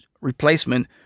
replacement